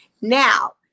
Now